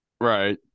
right